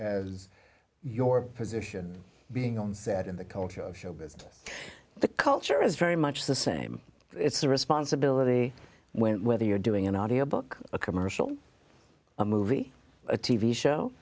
as your position being on set and the culture of show business the culture is very much the same it's a responsibility when whether you're doing an audio book a commercial a movie a t v show